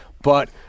but-